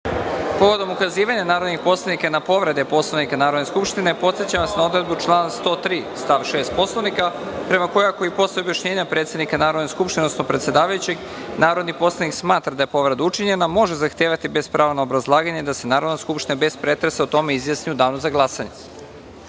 ukazivanja narodnih poslanika na povrede Poslovnika Narodne skupštine, podsećam vas na odredbu člana 103, stav 6. Poslovnika, prema kojoj ako i posle objašnjenja predsednika Narodne skupštine, odnosno predsedavajućeg, narodni poslanik smatra da je povreda učinjena, može zahtevati, bez prava na obrazlaganje, da se Narodna skupština bez pretresa o tome izjasni u danu za glasanje. Narodni